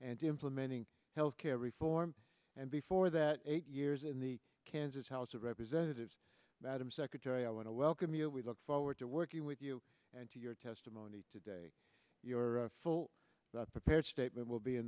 and implementing health care reform and before that eight years in the kansas house of representatives madam secretary i want to welcome you we look forward to working with you and to your testimony today your full prepared statement will be in